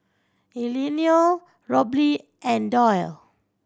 Eleonore Robley and Doyle